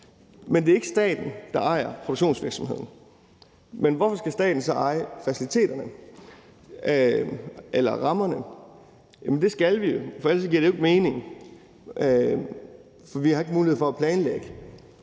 Det er ikke staten, der ejer produktionsvirksomheden, men hvorfor skal staten så eje faciliteterne eller rammerne? Det skal den, for ellers giver det jo ikke mening, og ellers vi har ikke mulighed for at planlægge,